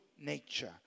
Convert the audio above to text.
nature